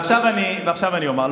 ועכשיו אני אומר,